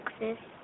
Texas